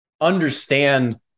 understand